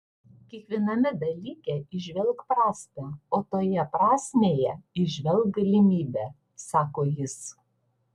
kiekviename dalyke įžvelk prasmę o toje prasmėje įžvelk galimybę sako jis